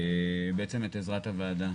בעצם את עזרת הוועדה.